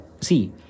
see